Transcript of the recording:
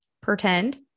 pretend